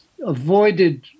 avoided